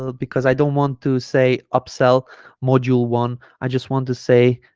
ah because i don't want to say upsell module one i just want to say